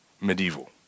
medieval